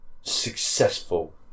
successful